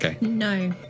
No